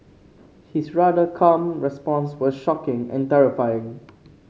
his rather calm response was shocking and terrifying